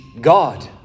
God